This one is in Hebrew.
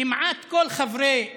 כמעט כל חברי הוועדה,